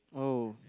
oh